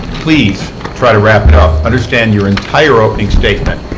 please try to wrap it up. understand your entire opening statement,